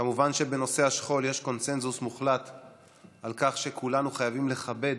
כמובן שבנושא השכול יש קונסנזוס מוחלט על כך שכולנו חייבים לכבד